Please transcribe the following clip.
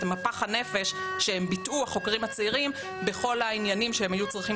את מפח הנפש שביטאו החוקרים הצעירים בכל העניינים שהם היו צריכים